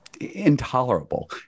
intolerable